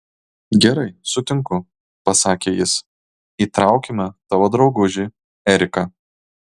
gerai sutinku pasakė jis įtraukime tavo draugužį eriką